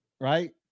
right